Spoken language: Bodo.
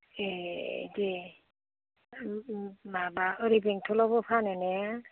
ए दे माबा ओरै बेंटलआवबो फानो ने